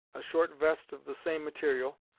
a short vest of the same material,